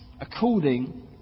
According